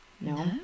no